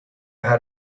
how